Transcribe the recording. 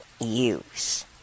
use